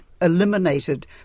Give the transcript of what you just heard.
eliminated